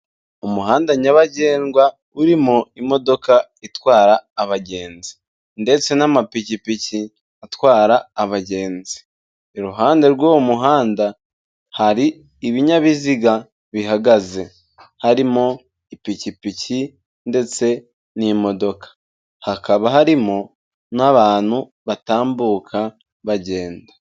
Umuhanda nyabagendwa urimo imodoka itwara abagenzi ndetse n'amapikipiki atwara abagenzi. Iruhande rw'uwo muhanda, hari ibinyabiziga bihagaze, harimo ipikipiki ndetse n'imodoka. Hakaba harimo n'abantu batambuka, bagenda.